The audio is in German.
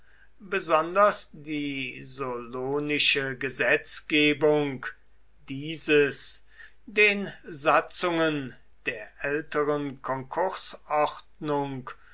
besonders die solonische gesetzgebung dieses den satzungen der älteren